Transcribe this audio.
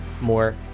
more